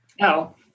no